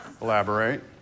Elaborate